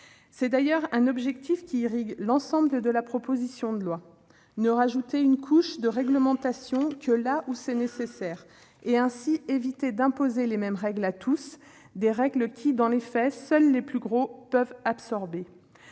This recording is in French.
C'est d'ailleurs un objectif qui irrigue l'ensemble de la proposition de loi : ne rajouter une « couche » de réglementation que là où c'est nécessaire et, ainsi, éviter d'imposer les mêmes règles à tous, des règles qui dans les faits ne peuvent être absorbées